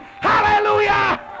Hallelujah